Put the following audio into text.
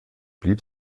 blieb